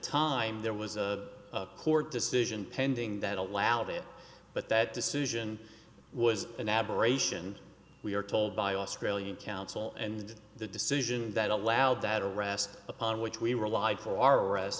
time there was a court decision pending that allowed it but that decision was an aberration we are told by australian council and the decision that allowed that arrest upon which we relied for our arrest